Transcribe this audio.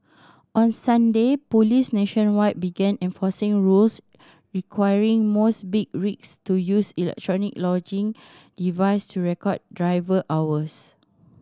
on Sunday police nationwide began enforcing rules requiring most big rigs to use electronic logging devices to record driver hours